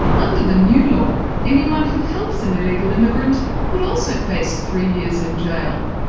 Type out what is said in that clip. under the new law anyone who helps an illegal immigrant could also face three years in jail.